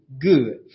good